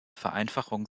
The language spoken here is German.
vereinfachung